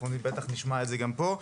אנחנו בטח נשמע את זה גם פה.